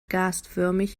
gasförmig